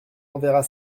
enverrait